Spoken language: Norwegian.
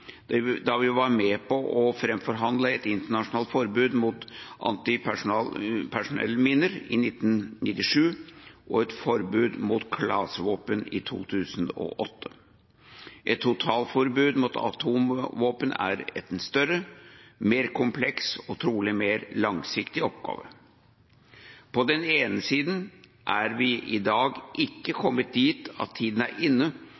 da vi var med på å framforhandle et internasjonalt forbud mot antipersonellminer i 1997 og et forbud mot klasevåpen i 2008. Et totalforbud mot atomvåpen er en større, mer kompleks og trolig mer langsiktig oppgave. På den ene siden er vi i dag ikke kommet dit at tiden er inne